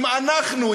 אם אנחנו,